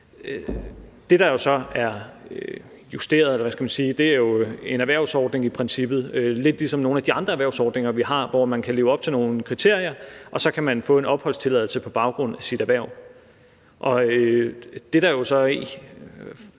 er i princippet en erhvervsordning; lidt ligesom nogle af de andre erhvervsordninger, vi har, hvor man kan leve op til nogle kriterier, og så kan man få en opholdstilladelse på baggrund af sit erhverv.